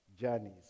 journeys